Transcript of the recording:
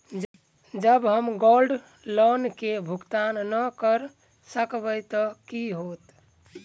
जँ हम gold loan केँ भुगतान न करऽ सकबै तऽ की होत?